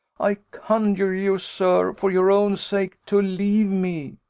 i conjure you, sir, for your own sake, to leave me.